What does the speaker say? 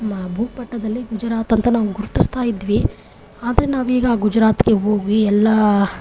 ಭೂಪಟದಲ್ಲಿ ಗುಜರಾತ್ ಅಂತ ನಾವು ಗುರುತಿಸ್ತಾ ಇದ್ವಿ ಆದರೆ ನಾವೀಗ ಗುಜರಾತ್ಗೆ ಹೋಗಿ ಎಲ್ಲ